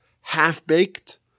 half-baked